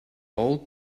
old